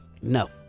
No